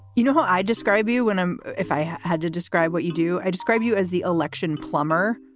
you know how i describe you when i'm if i had to describe what you do. i describe you as the election plumber,